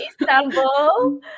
Istanbul